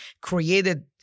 created